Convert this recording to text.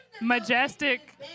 majestic